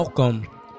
Welcome